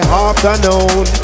afternoon